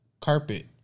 carpet